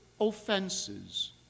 offenses